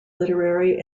literary